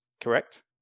Correct